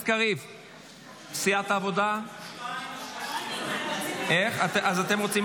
קבוצת סיעת העבודה, חברי הכנסת